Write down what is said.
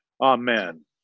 Amen